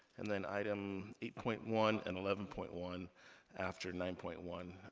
and then, item eight point one and eleven point one after nine point one,